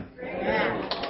Amen